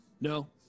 No